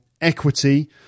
equity